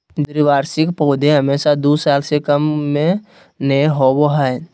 द्विवार्षिक पौधे हमेशा दू साल से कम में नयय होबो हइ